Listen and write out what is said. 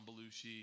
Belushi